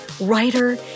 writer